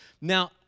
Now